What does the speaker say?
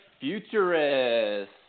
Futurist